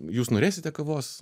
jūs norėsite kavos